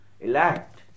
elect